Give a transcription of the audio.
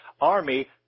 army